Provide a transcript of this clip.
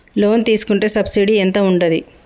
Loan తీసుకుంటే subsidy ఎంత ఉంటది?